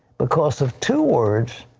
because of two words,